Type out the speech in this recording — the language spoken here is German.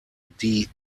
die